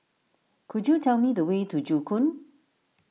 could you tell me the way to Joo Koon